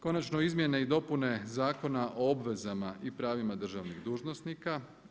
Konačno izmjene i dopune Zakona o obvezama i pravima državnih dužnosnika.